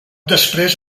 després